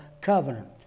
covenant